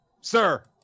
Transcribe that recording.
sir